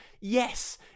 Yes